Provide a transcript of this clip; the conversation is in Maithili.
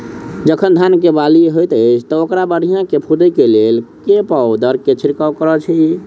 जखन धान मे बाली हएत अछि तऽ ओकरा बढ़िया सँ फूटै केँ लेल केँ पावडर केँ छिरकाव करऽ छी?